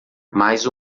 mais